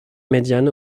médiane